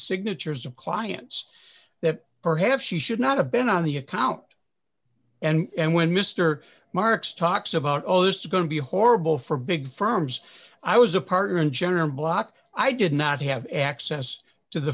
signatures of clients that perhaps she should not have been on the account and when mr marx talks about all this going to be horrible for big firms i was a partner in general block i did not have access to the